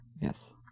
Yes